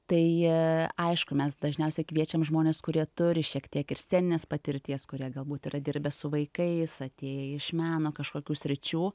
tai aišku mes dažniausiai kviečiam žmones kurie turi šiek tiek ir sceninės patirties kuria galbūt yra dirbę su vaikais atėję iš meno kažkokių sričių